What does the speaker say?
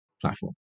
platform